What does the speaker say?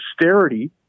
austerity